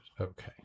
Okay